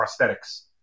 prosthetics